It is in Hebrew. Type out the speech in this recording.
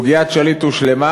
כיוון שסוגיית שליט הושלמה,